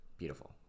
Beautiful